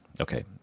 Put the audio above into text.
Okay